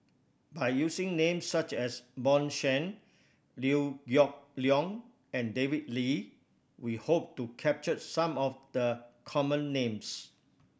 by using names such as Bjorn Shen Liew Geok Leong and David Lee we hope to capture some of the common names